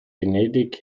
venedig